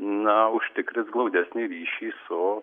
na užtikrins glaudesnį ryšį su